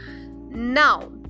Now